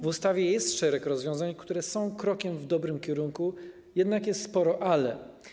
W ustawie jest szereg rozwiązań, które są krokiem w dobrym kierunku, jednak jest sporo ˝ale˝